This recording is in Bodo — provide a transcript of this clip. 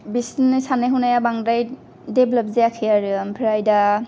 बिसोरनि साननाय हनाया बांद्राय देभलप जायाखै आरो ओमफ्राय दा